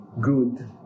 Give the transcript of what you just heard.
good